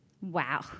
Wow